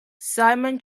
simon